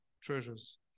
treasures